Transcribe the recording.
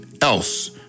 else